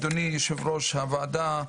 אדוני יושב ראש הוועדה,